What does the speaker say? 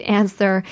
answer